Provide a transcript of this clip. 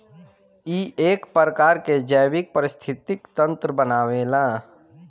इ एक प्रकार के जैविक परिस्थितिक तंत्र बनावेला